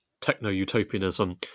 techno-utopianism